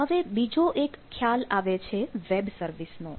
હવે બીજો એક ખ્યાલ આવે છે વેબ સર્વિસ નો